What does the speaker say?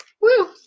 Woo